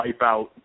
wipeout